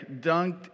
dunked